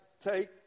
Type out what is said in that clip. take